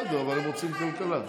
בסדר, אבל הם רוצים כלכלה.